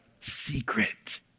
secret